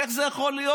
איך זה יכול להיות?